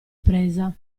presa